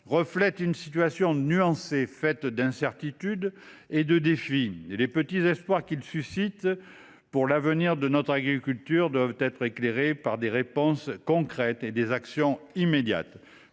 reflète une situation nuancée faite d’incertitudes et de défis à relever. Les maigres espoirs qu’il suscite pour l’avenir de notre agriculture doivent être éclairés par des réponses concrètes et des actions immédiates.